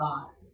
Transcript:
God